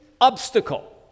obstacle